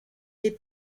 dei